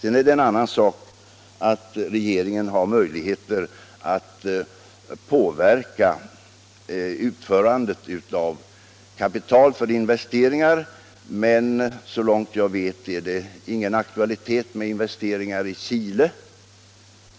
En annan sak är att regeringen har möjligheter att påverka utförandet av kapital från Sverige för investeringar i dessa länder, men såvitt jag vet är det inte aktuellt med svenska investeringar i Chile.